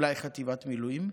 אולי חטיבת מילואים,